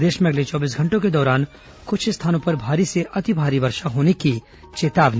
प्रदेश में अगले चौबीस घंटों के दौरान कुछ स्थानों पर भारी से अतिभारी वर्षा होने की चेतावनी